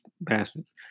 bastards